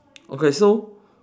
okay so